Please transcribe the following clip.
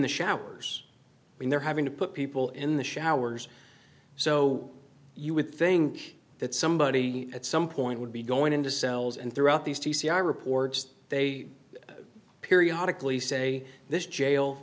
the showers when they're having to put people in the showers so you would think that somebody at some point would be going into cells and throughout these t c r reports they periodical you say this jail